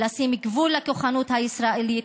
לשים גבול לכוחנות הישראלית.